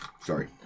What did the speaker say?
Sorry